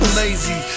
lazy